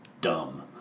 dumb